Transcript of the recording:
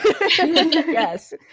Yes